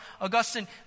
Augustine